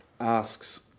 asks